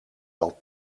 wel